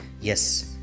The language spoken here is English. Yes